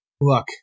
look